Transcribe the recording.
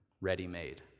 ready-made